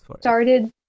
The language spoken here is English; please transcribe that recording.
started